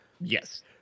yes